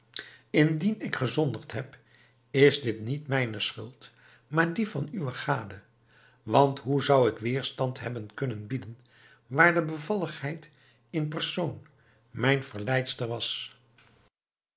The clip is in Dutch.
indien ik gezondigd heb is dit niet mijne schuld maar die van uwe gade want hoe zou ik weêrstand hebben kunnen bieden waar de bevalligheid in persoon mijne verleidster was